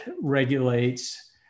regulates